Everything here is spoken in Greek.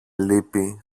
λύπη